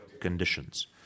conditions